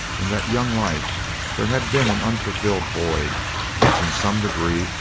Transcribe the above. in that young life there had been an unfilled void which in some degree,